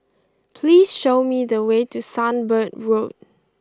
please show me the way to Sunbird Road